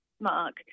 mark